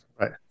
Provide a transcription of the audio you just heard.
right